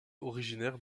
originaire